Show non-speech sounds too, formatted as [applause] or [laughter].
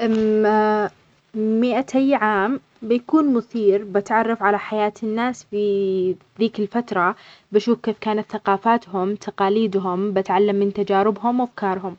[hesitation] مئتي عام بيكون مثير بتعرف على حياة الناس في ذيك الفترة، بشوف كيف كانت ثقافاتهم، تقاليدهم، بتعلم من تجاربهم وأفكارهم،